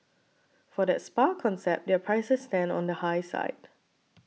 for that spa concept their prices stand on the high side